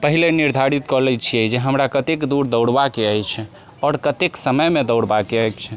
पहिले निर्धारित कऽ लै छियै जे हमरा कतेक दूर दौड़बाक अछि आओर कतेक समयमे दौड़बाक अछि